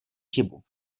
chybu